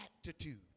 attitude